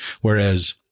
Whereas